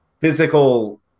physical